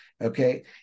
Okay